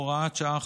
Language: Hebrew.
הוראת שעה,